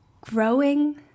growing